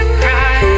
cry